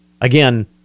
Again